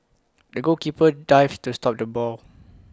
the goalkeeper dived to stop the ball